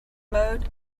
mode